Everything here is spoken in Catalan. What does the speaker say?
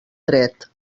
dret